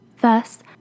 Thus